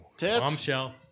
bombshell